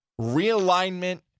Realignment